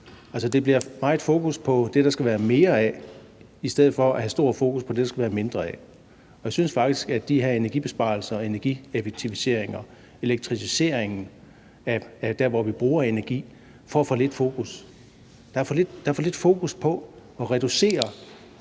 alt for meget fokus på det, der skal være mere af, i stedet for at have stor fokus på det, der skal være mindre af. Jeg synes faktisk, at de her energibesparelser og energieffektiviseringer, elektrificeringen, dér, hvor vi bruger energi, får for lidt fokus. Der er for lidt fokus på at reducere